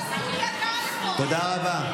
תודה רבה.